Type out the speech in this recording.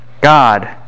God